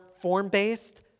form-based